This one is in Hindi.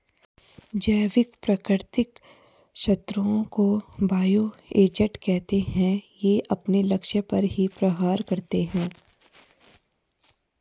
जैविक प्राकृतिक शत्रुओं को बायो एजेंट कहते है ये अपने लक्ष्य पर ही प्रहार करते है